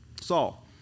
Saul